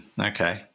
Okay